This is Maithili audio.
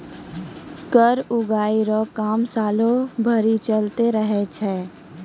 कर उगाही रो काम सालो भरी चलते रहै छै